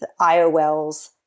IOLs